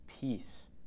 peace